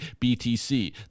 btc